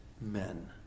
men